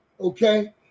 okay